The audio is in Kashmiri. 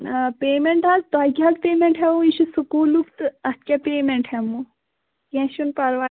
پیٚمٮ۪نٛٹ حظ تۅہہِ کیٛاہ حظ پیمٮ۪نٛٹ ہٮ۪مَو یہِ چھُ سکوٗلُک تہٕ اَتھ کیٛاہ پیمٮ۪نٛٹ ہٮ۪مَو کیٚنٛہہ چھُنہٕ پَرواے